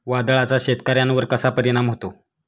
वादळाचा शेतकऱ्यांवर कसा परिणाम होतो?